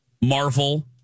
Marvel